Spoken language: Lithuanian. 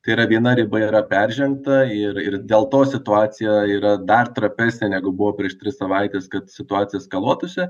tai yra viena riba yra peržengta ir ir dėl to situacija yra dar trapesnė negu buvo prieš tris savaites kad situacija eskaluotuosi